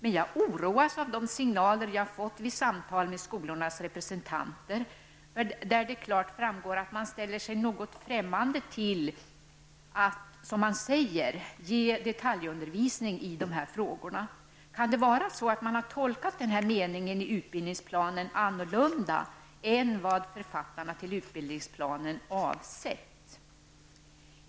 Men jag oroas av de signaler jag fått vid samtal med skolornas representanter, där det klart framgår att man ställer sig något främmande till att, som man säger, ge detaljundervisning i dessa frågor. Kan det vara så att man har tolkat den här meningen i utbildningsplanen annorlunda än vad författarna av utbildningsplanen har avsett?